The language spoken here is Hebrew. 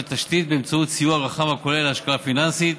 תשתית באמצעות סיוע רחב הכולל השקעה פיננסית,